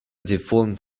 deformed